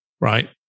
right